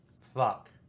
Fuck